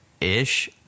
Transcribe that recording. ish